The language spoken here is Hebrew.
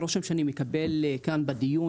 הרושם שאני מקבל כאן בדיון,